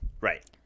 Right